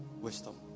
wisdom